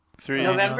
three